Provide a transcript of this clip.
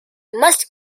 must